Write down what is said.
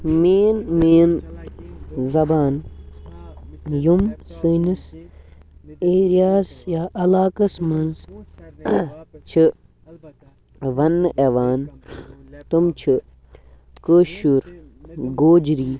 main main زَبان یِم سٲنِس ایریاہَس یا علاقَس منٛز چھِ ونٛنہٕ یِوان تِم چھِ کٲشُر گوجری